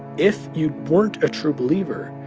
if you weren't a true believer,